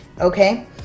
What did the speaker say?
Okay